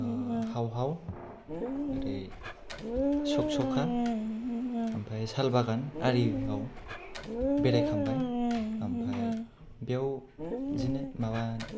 हाव हाव एरै सबसका आरो सालबागान आरियाव बेरायखांबाय आरो आमफ्राय बेयाव बिदिनो माबा